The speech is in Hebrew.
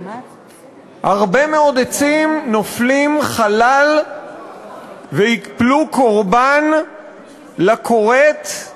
הרבה מאוד עצים נופלים חלל וייפלו קורבן לכורת.